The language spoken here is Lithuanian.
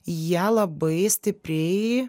jie labai stipriai